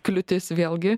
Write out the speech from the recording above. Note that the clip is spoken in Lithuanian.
kliūtis vėlgi